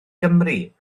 gymru